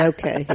Okay